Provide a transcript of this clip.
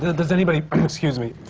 does anybody excuse me.